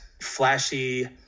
flashy